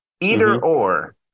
Either-or